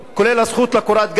כולל הזכות לקורת גג,